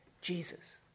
Jesus